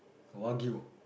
wagyu